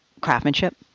craftsmanship